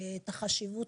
את החשיבות?